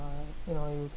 uh you know you